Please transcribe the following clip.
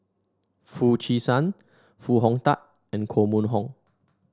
Foo Chee San Foo Hong Tatt and Koh Mun Hong